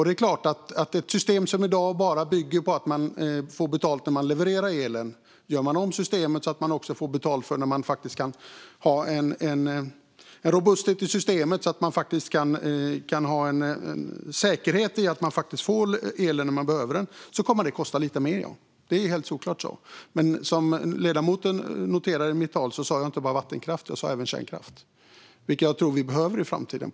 Det är klart att gör man om ett system, som i dag bara bygger på att man får betalt när man levererar elen, så att det i stället går att få betalt för att det är robust och att det finns en säkerhet i att vi faktiskt kan få elen när vi behöver den kommer det att kosta lite mer. Det är helt solklart så. Som ledamoten noterade sa jag i mitt tal inte bara vattenkraft, utan jag sa även kärnkraft. Jag tror att vi behöver det i framtiden.